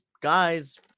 guys